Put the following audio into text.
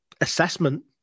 assessment